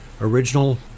original